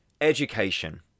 education